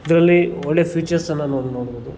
ಇದರಲ್ಲಿ ಒಳ್ಳೆ ಫೀಚರ್ಸನ್ನ ನಾವು ನೋಡ್ಬೋದು